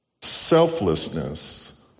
selflessness